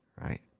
Right